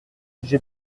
j’ai